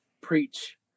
preach